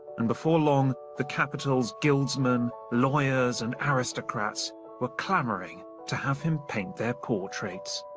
and before long, the capital's guildsmen, lawyers and aristocrats were clamouring to have him paint their portraits.